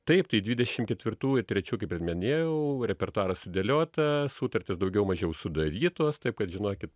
taip tai dvidešimt ketvirtų ir trečių kaip ir minėjau repertuaras sudėliota sutartys daugiau mažiau sudarytos taip kad žinokit